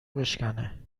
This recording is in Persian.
بشکنه